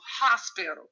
hospital